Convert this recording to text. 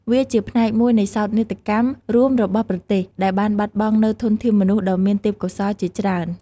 វាជាផ្នែកមួយនៃសោកនាដកម្មរួមរបស់ប្រទេស ដែលបានបាត់បង់នូវធនធានមនុស្សដ៏មានទេពកោសល្យជាច្រើន។